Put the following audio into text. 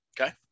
okay